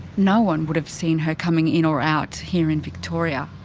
no one would have seen her coming in or out here in victoria.